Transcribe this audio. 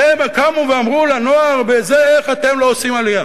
והם קמו ואמרו לנוער: איך אתם לא עושים עלייה?